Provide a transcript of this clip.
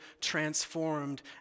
transformed